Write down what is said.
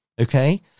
okay